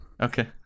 Okay